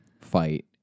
fight